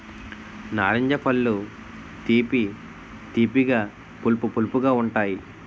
నారింజ పళ్ళు తీపి తీపిగా పులుపు పులుపుగా ఉంతాయి